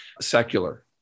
secular